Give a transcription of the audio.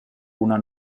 una